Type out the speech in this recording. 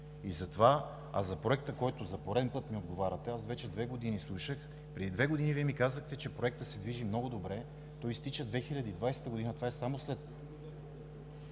е мобилен. А за Проекта, който за пореден път ми отговаряте, аз вече две години слушах. Преди две години Вие ми казвате, че Проектът се движи много добре. Той изтича 2020 г. – това е само след